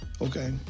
okay